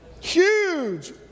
Huge